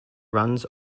runs